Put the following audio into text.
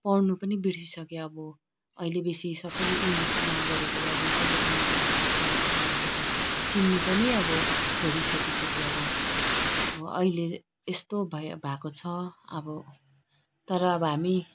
पढ्नु पनि बिर्सिसक्यो अब अहिले बेसी सबैले इङ्गलिसमा गरेकोले अब अहिलेको नानीहरूले त क खहरू त चिन्नु पनि अब छोडी सकिसक्यो अब अब अहिले यस्तो भई भएको छ अब तर अब हामी